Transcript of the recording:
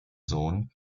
sohn